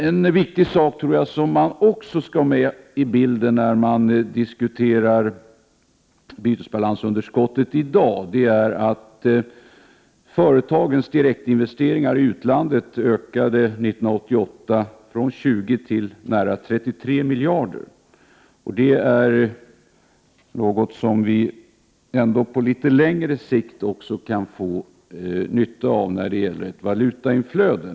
En viktig sak som man också bör ha med i bilden när man diskuterar bytesbalansunderskottet i dag är att företagens direktinvesteringar i utlandet 1988 ökade från 20 till nära 33 miljarder kronor. Det är något som vi på litet längre sikt kan få nytta av när det gäller valutainflödet.